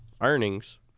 earnings